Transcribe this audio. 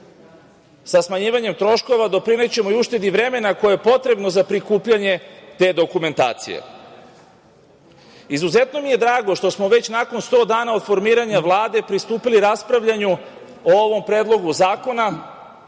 sa smanjivanjem troškova doprinećemo i uštedi vremena koje je potrebno za prikupljanje te dokumentacije. Izuzetno mi je drago što smo već nakon 100 dana od formiranja Vlade pristupili raspravljanju o ovom Predlogu zakona